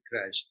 crash